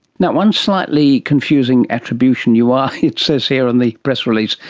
now, one slightly confusing attribution, you are, it says here on the press release,